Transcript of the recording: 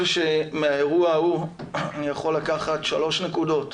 שמהאירוע ההוא אני יכול לקחת שלוש נקודות